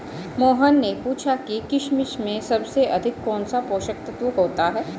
मोहन ने पूछा कि किशमिश में सबसे अधिक कौन सा पोषक तत्व होता है?